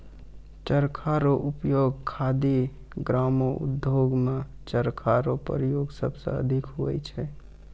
चरखा रो उपयोग खादी ग्रामो उद्योग मे चरखा रो प्रयोग सबसे अधिक हुवै छै